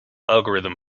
algorithm